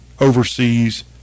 overseas